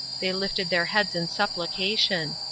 they lifted their heads in supplication.